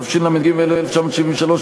התשל"ג 1973,